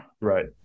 Right